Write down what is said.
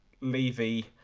Levy